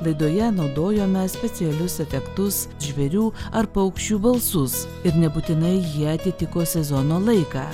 laidoje naudojome specialius efektus žvėrių ar paukščių balsus ir nebūtinai jie atitiko sezono laiką